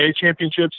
championships